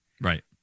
Right